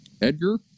Edgar